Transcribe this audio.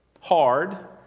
hard